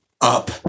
up